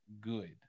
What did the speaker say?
good